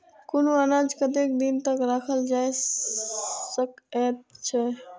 कुनू अनाज कतेक दिन तक रखल जाई सकऐत छै?